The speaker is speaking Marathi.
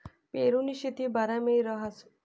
पेरुनी शेती बारमाही रहास